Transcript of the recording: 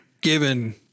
given